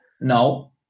No